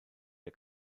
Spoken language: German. der